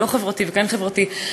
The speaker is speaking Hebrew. ולא חברתי וכן חברתי?